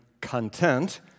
content